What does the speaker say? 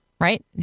Right